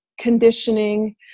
conditioning